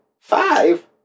Five